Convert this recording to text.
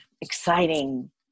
exciting